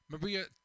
Maria